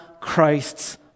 Christ's